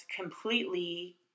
completely